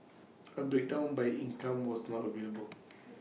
A breakdown by income was not available